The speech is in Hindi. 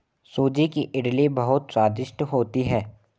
सूजी की इडली बहुत स्वादिष्ट होती है